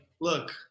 look